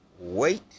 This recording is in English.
wait